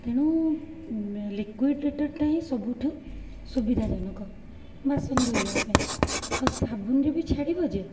ତେଣୁ ଲିକୁଇଡ଼ଟା ହିଁ ସବୁଠୁ ସୁବିଧାଜନକ ବାସନ ଧୋଇବାପାଇଁ ଆଉ ସାବୁନରେ ବି ଛାଡ଼ିବ ଯେ